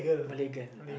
Malay girl